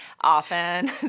often